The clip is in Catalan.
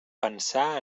pensar